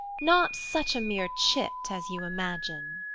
not such a mere chit as you imagine.